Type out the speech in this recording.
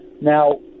Now